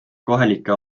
kohalike